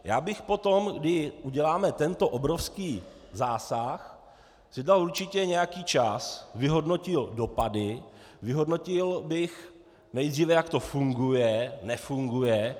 Já bych poté, kdy uděláme tento obrovský zásah, si dal určitě nějaký čas, vyhodnotil dopady, vyhodnotil bych nejdříve, jak to funguje, nefunguje.